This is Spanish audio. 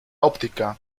óptica